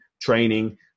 training